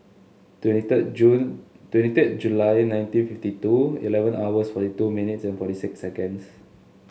twenty third June twenty thrid July nineteen fifty two eleven hours forty two minutes forty six second